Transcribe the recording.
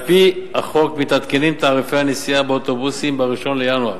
על-פי החוק תעריפי הנסיעה באוטובוסים מתעדכנים ב-1 בינואר